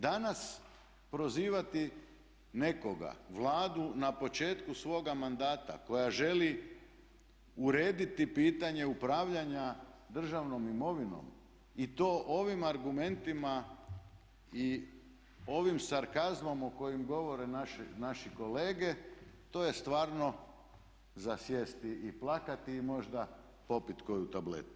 Danas prozivati nekoga, Vladu na početku svoga mandata koja želi urediti pitanje upravljanja državnom imovinom i to ovim argumentima i ovim sarkazmom o kojem govore naši kolege to je stvarno za sjesti i plakati i možda popit koju tabletu.